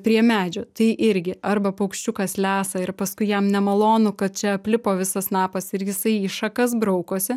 prie medžio tai irgi arba paukščiukas lesa ir paskui jam nemalonu kad čia aplipo visas snapas ir jisai į šakas braukosi